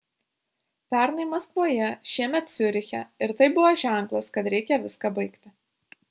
pernai maskvoje šiemet ciuriche ir tai buvo ženklas kad reikia viską baigti